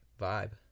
vibe